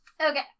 Okay